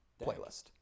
playlist